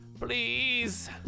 Please